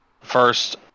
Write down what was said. first